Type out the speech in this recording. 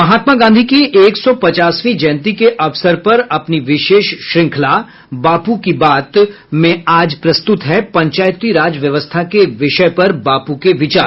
महात्मा गांधी की एक सौ पचासवीं जयंती के अवसर पर अपनी विशेष श्रृंखला बापू की बात में आज प्रस्तुत है पंचायती राज व्यवस्था के विषय पर बापू के विचार